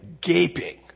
gaping